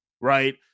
Right